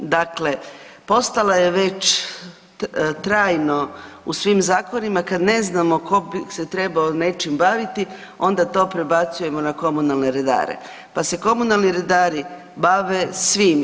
Dakle, postala je već trajno u svim zakonima kad ne znamo ko bi se trebao nečim baviti onda to prebacujemo na komunalne redare, pa se komunalni redari bave svim.